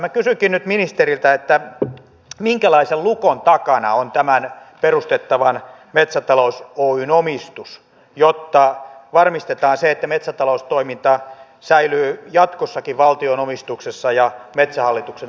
minä kysynkin nyt ministeriltä minkälaisen lukon takana on tämän perustettavan metsätalous oyn omistus jotta varmistetaan se että metsätaloustoiminta säilyy jatkossakin valtion omistuksessa ja metsähallituksen alaisuudessa